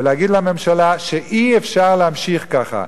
ולהגיד לממשלה שאי-אפשר להמשיך ככה.